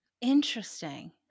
Interesting